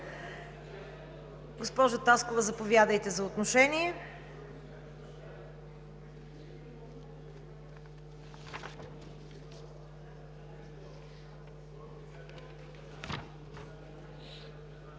Госпожо Таскова, заповядайте за отношение.